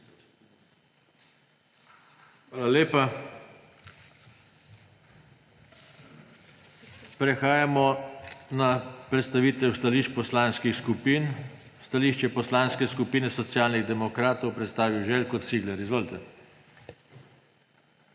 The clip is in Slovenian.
Hvala lepa. Prehajamo na predstavitev stališče poslanskih skupin. Stališče Poslanske skupine Socialnih demokratov bo predstavil Željko Cigler. Izvolite. ŽELJKO